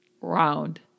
round